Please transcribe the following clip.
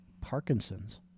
Parkinson's